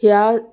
ह्या